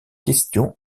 question